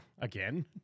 Again